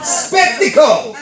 spectacle